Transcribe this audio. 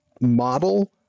model